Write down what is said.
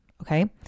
Okay